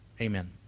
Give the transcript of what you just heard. Amen